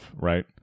right